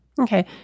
Okay